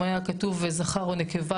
אם היה כתוב זכר או נקבה,